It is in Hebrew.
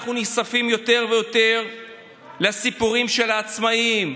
אנחנו נחשפים יותר ויותר לסיפורים של עצמאים,